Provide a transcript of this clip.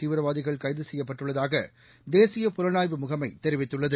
தீவிரவாதிகள் மேற்கு கைது செய்யப்பட்டுள்ளதாக தேசிய புலனாய்வு முகமை தெரிவித்துள்ளது